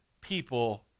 people